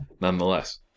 nonetheless